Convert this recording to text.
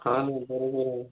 हा ना बरोबर आहे